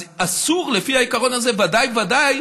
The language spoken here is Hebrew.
אז אסור לפי העיקרון הזה ודאי וודאי